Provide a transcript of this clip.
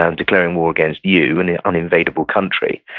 um declaring war against you, and an uninvadable country.